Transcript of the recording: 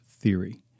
theory